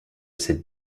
cette